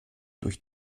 durch